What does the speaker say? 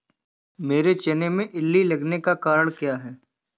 मेरे चने में इल्ली लगने का कारण क्या है?